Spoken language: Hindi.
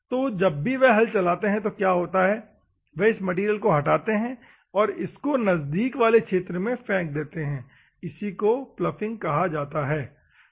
तो जब भी वे हल चलाते है तो क्या होता है वे इस मैटेरियल को हटाते है और इसको नजदीक वाले क्षेत्र में फेक देते हैं इसकी को पलॉफिंग कहा जाता जाता हैं